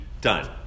done